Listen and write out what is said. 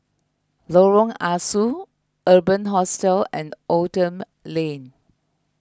Lorong Ah Soo Urban Hostel and Oldham Lane